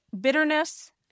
bitterness